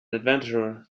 adventurer